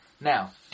Now